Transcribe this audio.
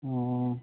ꯑꯣ